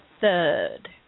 Third